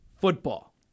football